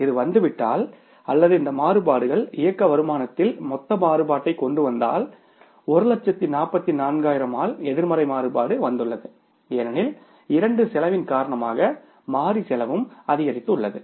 இது வந்துவிட்டால் அல்லது இந்த மாறுபாடுகள் இயக்க வருமானத்தில் மொத்த மாறுபாட்டைக் கொண்டு வந்தால் 144000 ஆல் எதிர்மறை மாறுபாடு வந்துள்ளது ஏனெனில் இரண்டு செலவின் காரணமாக மாறி செலவும் அதிகரித்துள்ளது